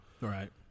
Right